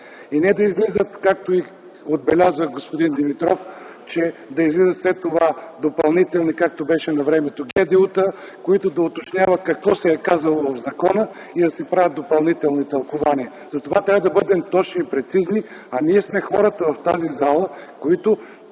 Не да излизат, както отбеляза господин Димитров, да излизат след това допълнителни, както беше навремето ГДУ-та, които да уточняват какво се е казало в закона и да се правят допълнителни тълкувания. Затова трябва да бъдем точни и прецизни, а ние сме хората в тази зала, които